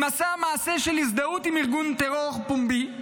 אם עשה מעשה של הזדהות עם ארגון טרור בפומבי,